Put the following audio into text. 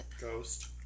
Ghost